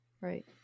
Right